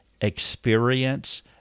experience